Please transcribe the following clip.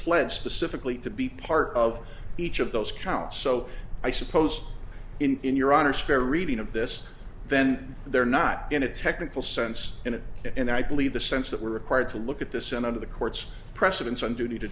pledge specifically to be part of each of those counts so i suppose in your honour's fair reading of this then they're not in a technical sense in it and i believe the sense that we're required to look at the senate of the court's precedents and duty to